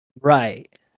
Right